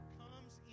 comes